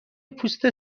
پوست